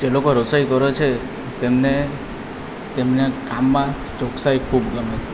જે લોકો રસોઈ કરે છે તેમને તેમને કામમાં ચોકસાઇ ખૂબ ગમે છે